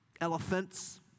elephants